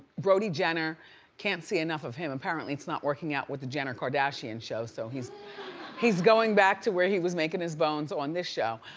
brody jenner can't see enough of him apparently it's not working out with the jenner kardashian show. so, he's he's going back to where he was making his bones on this show.